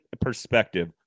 perspective